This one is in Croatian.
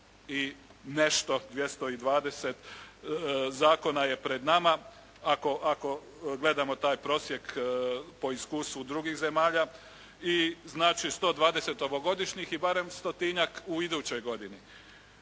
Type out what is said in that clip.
i nešto, 220 zakona je pred nama. Ako gledamo taj prosjek po iskustvu drugih zemalja i znači 120 ovogodišnjih i barem 100.-tinjak u idućoj godini.